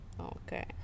Okay